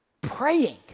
praying